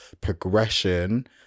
progression